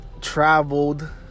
traveled